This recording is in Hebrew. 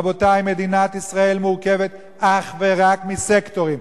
רבותי, מדינת ישראל מורכבת אך ורק מסקטורים.